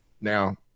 Now